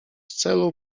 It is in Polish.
celu